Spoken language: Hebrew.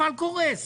קורס